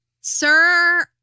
sir